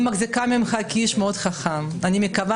אני מחזיקה ממך כאיש מאוד חכם ואני מקווה